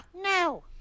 No